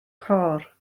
côr